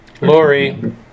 Lori